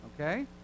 Okay